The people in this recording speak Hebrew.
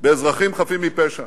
באזרחים חפים מפשע.